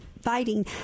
Fighting